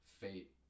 Fate